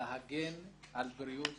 להגן על בריאות